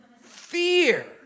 Fear